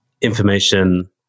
information